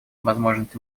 возможность